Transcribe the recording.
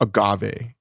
agave